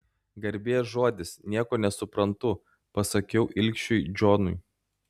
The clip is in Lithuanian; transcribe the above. garbės žodis nieko nesuprantu pasakiau ilgšiui džonui